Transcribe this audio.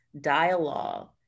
dialogue